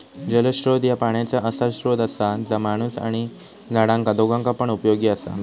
जलस्त्रोत ह्या पाण्याचा असा स्त्रोत असा जा माणूस आणि झाडांका दोघांका पण उपयोगी असा